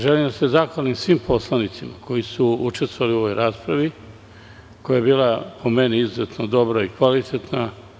Želim da se zahvalim svim poslanicima koji su učestvovali u ovoj raspravi, koja je po meni bila izuzetno dobra i kvalitetna.